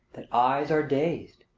that eyes are dazed,